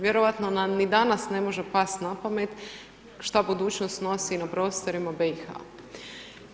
Vjerojatno nam ni danas ne može past na pamet šta budućnost nosi na prostorima BiH-a.